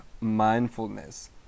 mindfulness